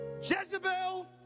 Jezebel